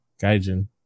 Gaijin